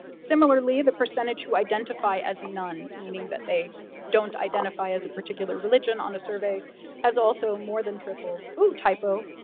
similarly, the percentage who identify as nones, meaning that they don't identify as a particular religion on a survey has also more than tripled. ew, typo!